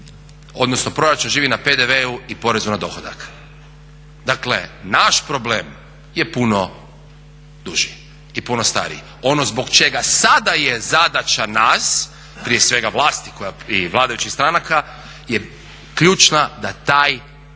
odnosno proračun živi na PDV-u i porezu na dohodak. Dakle naš problem je puno duži i puno stariji. Ono zbog čega sada je zadaća nas, prije svega vlasti i vladajućih stranaka je ključna da taj sustav